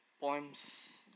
poems